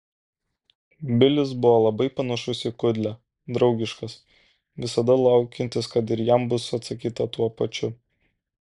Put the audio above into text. bilis buvo labai panašus į kudlę draugiškas visada laukiantis kad ir jam bus atsakyta tuo pačiu